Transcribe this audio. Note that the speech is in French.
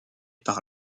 par